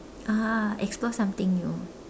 ah explore something new